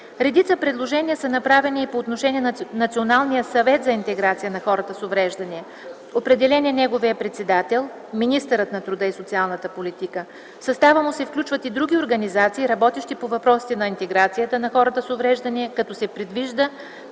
Редица предложения са направени и по отношение на Националния съвет за интеграция на хората с увреждания: определен е неговият председател – министърът на труда и социалната политика. В състава му се включват и други организации, работещи по въпросите на интеграцията на хората с увреждания, като се предвижда